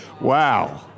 Wow